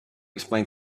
explain